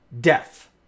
death